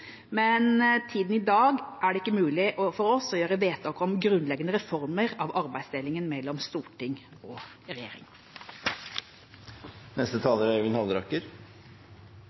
i dag er det ikke mulig for oss å gjøre vedtak om grunnleggende reformer av arbeidsdelingen mellom storting og